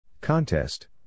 Contest